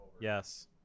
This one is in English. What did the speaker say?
Yes